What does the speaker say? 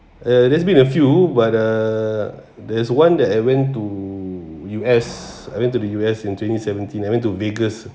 uh there's been a few but uh there's one that I went to U_S I went to the U_S in twenty seventeen I went to biggest